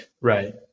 right